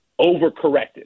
overcorrected